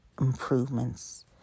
Improvements